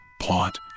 plot